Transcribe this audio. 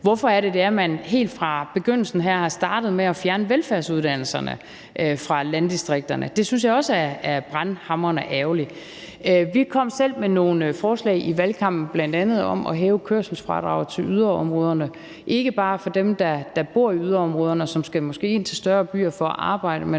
Hvorfor er det, at man her fra begyndelsen af er startet med at fjerne velfærdsuddannelserne fra landdistrikterne? Det synes jeg også er brandhamrende ærgerligt. Vi kom selv med nogle forslag i valgkampen, bl.a. om at hæve kørselsfradraget i yderområderne, ikke bare for dem, der bor i yderområderne, som måske skal ind til større byer for at arbejde, men